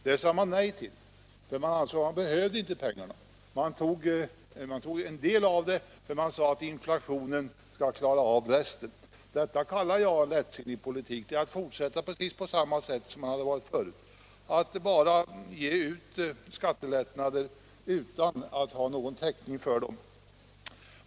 Regeringen sade nej till detta, därför att man ansåg att man inte behövde pengarna. Man tog visserligen ut en del av dessa pengar, men man sade att inflationen skulle klara av resten. Detta kallar jag för en lättsinnig politik. Regeringen fortsatte precis på samma sätt som tidigare att genomföra skattelättnader utan att ha någon täckning för dem.